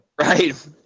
Right